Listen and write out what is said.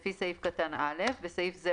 לפי סעיף קטן (א) (בסעיף זה,